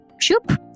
Shoop